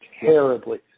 terribly